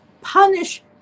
punish